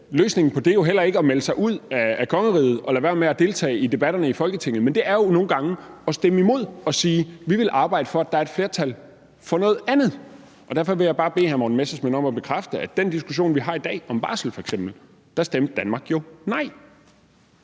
løsningen på det jo heller ikke at melde sig ud af kongeriget og lade være med at deltage i debatterne i Folketinget, men jo nogle gange at stemme imod og sige: Vi vil arbejde for, at der er et flertal for noget andet. Derfor vil jeg bare bede hr. Morten Messerschmidt om at bekræfte i forbindelse med den diskussion, vi har i dag, om barsel, at Danmark jo